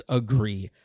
agree